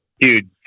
dude